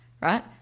right